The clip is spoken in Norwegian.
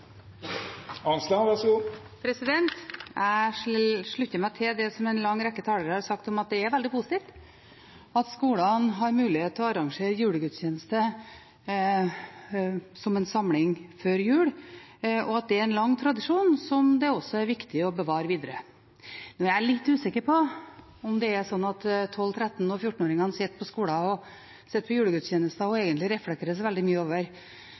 veldig positivt at skolene har mulighet til å arrangere julegudstjeneste som en samling før jul, og at det er en lang tradisjon som det er viktig å bevare videre. Jeg er litt usikker på om 12-, 13- og 14-åringer sitter under julegudstjenesten og reflekterer så mye over dypere verdier, filosofi og slikt, men jeg er veldig glad for at de lærer seg julesanger. Jeg er også veldig